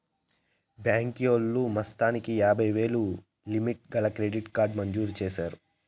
బాంకీలోల్లు మాసానికి ఎనభైయ్యేలు లిమిటు గల క్రెడిట్ కార్డు మంజూరు చేసినారు